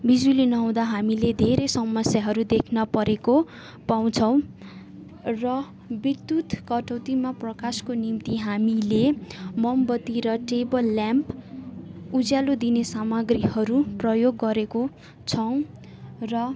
बिजुली नहुँदा हामीले धेरै समस्याहरू देख्न परेको पाउँछौँ र विद्युत कटौतीमा प्रकाशको निम्ति हामीले मोमबत्ती र टेबल ल्याम्प उज्यालो दिने सामाग्रीहरू प्रयोग गरेको छौँ र